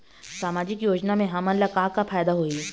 सामाजिक योजना से हमन ला का का फायदा होही?